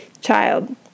child